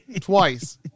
Twice